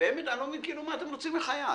שעד לרגע זה אני לא מבין מה אתם רוצים מחיי.